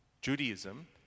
Judaism